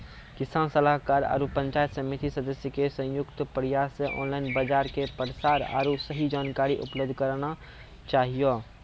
किसान सलाहाकार आरु पंचायत समिति सदस्य के संयुक्त प्रयास से ऑनलाइन बाजार के प्रसार आरु सही जानकारी उपलब्ध करना चाहियो?